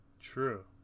true